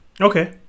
Okay